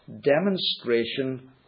demonstration